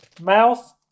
Mouth